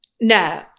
No